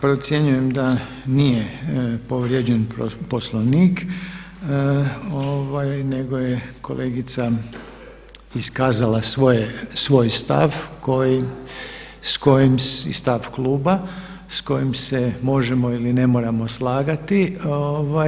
Procjenjujem da nije povrijeđen Poslovnik nego je kolegica iskazala svoj stav i stav kluba s kojim se možemo ili ne moramo slagati.